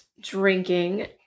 drinking